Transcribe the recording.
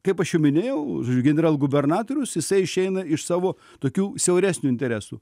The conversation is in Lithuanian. kaip aš jau minėjau žodžiu generalgubernatorius jisai išeina iš savo tokių siauresnių interesų